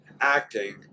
acting